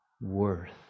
worth